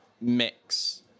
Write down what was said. mix